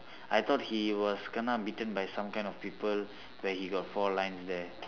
I thought he was kena beaten by some kind of people where he got four lines there